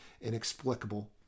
inexplicable